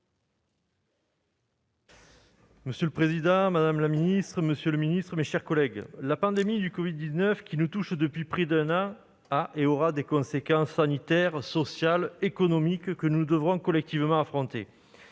Monsieur le président, madame la ministre, monsieur le secrétaire d'État, mes chers collègues, la pandémie du covid-19 qui nous touche depuis près d'un an a, et aura, des conséquences sanitaires, sociales, économiques que nous devrons collectivement affronter.